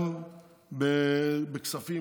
גם בכספים,